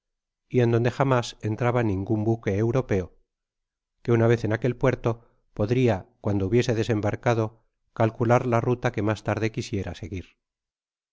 y en donde jamás entraba ningun buque europeo que una vez en aquel puerto podria cuando hubiese desembarcado calcular la ruta que mas tarde quisiera seguir